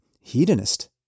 hedonist